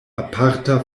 aparta